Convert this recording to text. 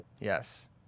Yes